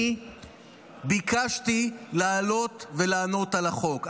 אני ביקשתי לעלות ולענות על החוק,